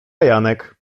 janek